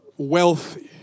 wealthy